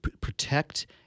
protect